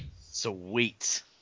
Sweet